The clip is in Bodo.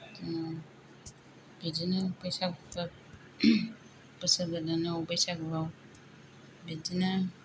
बिदिनो बिदिनो बैसागु फोर बोसोर गोदानाव बैसागुआव बिदिनो